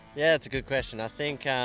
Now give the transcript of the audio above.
yeah, that's a good question. i think,